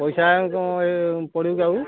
ପଇସା ଆଉ କଣ ଏଇ ପଡ଼ିବକି ଆଉ